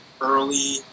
early